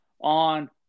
on